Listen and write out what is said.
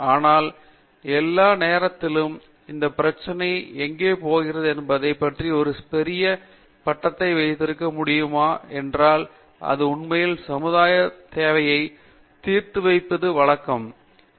ஆனால் எல்லா நேரத்திலும் இந்த பிரச்சனை எங்குப் போகிறது என்பதைப் பற்றிய ஒரு பெரிய படத்தை வைத்திருக்க முடியுமா என்றால் அது உண்மையிலேயே சமுதாயத் தேவையைப் தீர்த்து வைப்பது வழக்கம் அல்ல